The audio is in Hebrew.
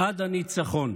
עד הניצחון.